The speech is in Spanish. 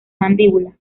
mandíbula